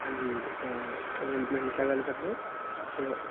ਹਾਂਜੀ ਤਾਂ ਗੱਲ ਕਰ ਰਹੇ ਹੋ